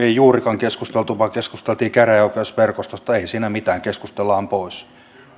ei juurikaan keskusteltu vaan keskusteltiin käräjäoikeusverkostosta ei siinä mitään keskustellaan pois